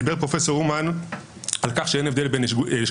פרופ' אומן דיבר על כך שאין הבדל בין לשכת